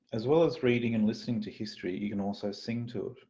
as well as reading and listening to history you can also sing to